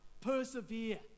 Persevere